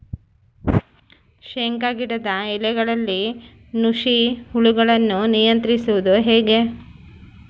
ಶೇಂಗಾ ಗಿಡದ ಎಲೆಗಳಲ್ಲಿ ನುಷಿ ಹುಳುಗಳನ್ನು ನಿಯಂತ್ರಿಸುವುದು ಹೇಗೆ?